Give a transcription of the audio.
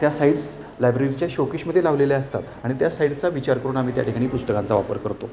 त्या साईट्स लायब्ररीच्या शोकेशमध्ये लावलेल्या असतात आणि त्या साईडचा विचार करून आम्ही त्या ठिकाणी पुस्तकांचा वापर करतो